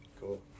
Cool